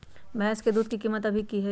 भैंस के दूध के कीमत अभी की हई?